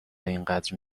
اینقدر